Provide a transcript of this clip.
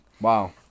wow